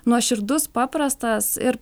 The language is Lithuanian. nuoširdus paprastas ir